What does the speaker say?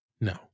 no